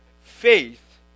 faith